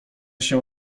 się